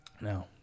Now